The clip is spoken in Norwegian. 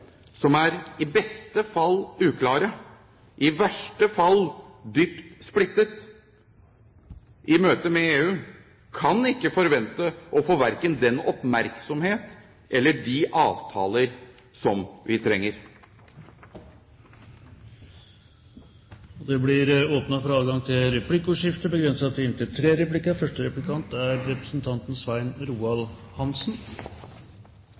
som i beste fall er uklart, i verste fall dypt splittet i møte med EU, kan ikke forvente å få verken den oppmerksomhet eller de avtaler som vi trenger. Det blir åpnet for replikkordskifte. Representanten Morten Høglund begynte med å si at EØS-avtalen er